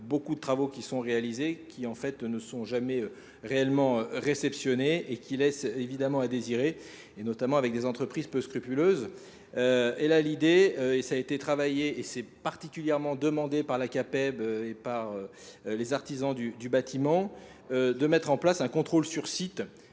beaucoup de travaux qui sont réalisés qui en fait ne sont jamais réellement réceptionnés et qui laissent évidemment à désirer et notamment avec des entreprises peu scrupuleuses. Et là l'idée, et ça a été travaillé et c'est particulièrement demandé par la CAPEB et par les artisans du bâtiment de mettre en place un contrôle sur site